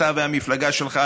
אתה והמפלגה שלך,